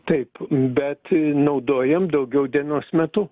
taip bet naudojam daugiau dienos metu